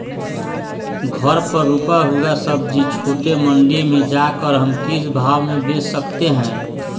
घर पर रूपा हुआ सब्जी छोटे मंडी में जाकर हम किस भाव में भेज सकते हैं?